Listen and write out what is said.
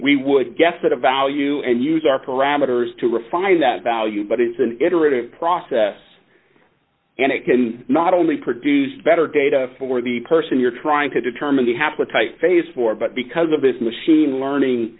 we would guess that a value and use our parameters to refine that value but it's an iterative process and it can not only produce better data for the person you're trying to determine the haplotype phase four but because of this machine learning